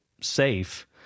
safe